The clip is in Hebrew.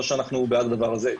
לא שאנחנו בעד הדבר הזה,